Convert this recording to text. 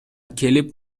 келип